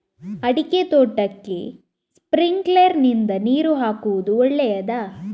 ಅಡಿಕೆ ತೋಟಕ್ಕೆ ಸ್ಪ್ರಿಂಕ್ಲರ್ ನಿಂದ ನೀರು ಹಾಕುವುದು ಒಳ್ಳೆಯದ?